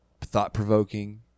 thought-provoking